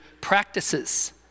practices